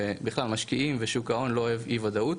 ובכלל משקיעים ושוק ההון לא אוהב אי וודאות,